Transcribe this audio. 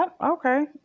okay